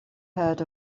heard